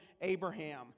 Abraham